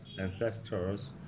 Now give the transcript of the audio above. ancestors